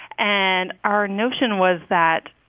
and our notion was that,